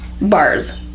bars